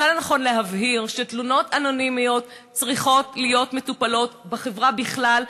מצא לנכון להבהיר שתלונות אנונימיות צריכות להיות מטופלות בחברה בכלל,